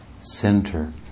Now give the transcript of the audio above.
center